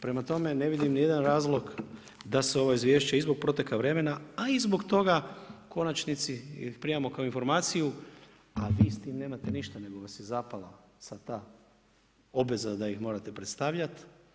Prema tome, ne vidim ni jedan razloga da se ovo izvješće i zbog proteka vremena, a i zbog toga u konačnici primimo kao informaciju, a vi s tim nemate ništa nego vas je zapalo sad ta obveza da ih morate predstavljat.